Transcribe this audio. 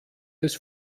des